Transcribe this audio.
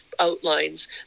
outlines